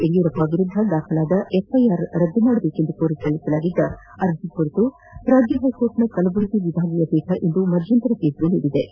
ಯಡಿಯೂರಪ್ಪ ವಿರುದ್ದ ದಾಖಲಾದ ಎಫ್ಐಆರ್ ರದ್ದುಮಾಡಬೇಕೆಂದು ಕೋರಿ ಸಲ್ಲಿಸಲಾಗಿದ್ದ ಅರ್ಜಿ ಕುರಿತು ರಾಜ್ಯ ಹೈಕೋರ್ಟ್ನ ಕಲಬುರಗಿ ವಿಭಾಗೀಯ ಪೀಠ ಇಂದು ಮಧ್ಯಂತರ ತೀರ್ಮ ನೀಡಿದ್ದು